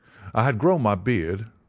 i had grown my beard,